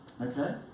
okay